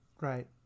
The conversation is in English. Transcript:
right